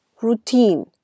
routine